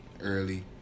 early